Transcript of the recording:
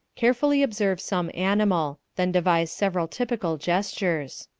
carefully observe some animal then devise several typical gestures.